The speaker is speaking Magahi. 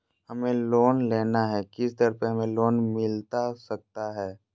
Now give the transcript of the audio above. हमें लोन लेना है किस दर पर हमें लोन मिलता सकता है?